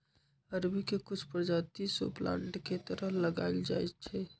अरबी के कुछ परजाति शो प्लांट के तरह लगाएल जाई छई